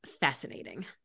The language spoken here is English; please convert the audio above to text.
fascinating